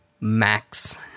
max